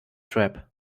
trap